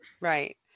Right